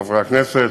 חברי הכנסת,